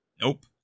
nope